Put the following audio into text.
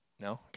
No